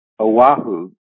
Oahu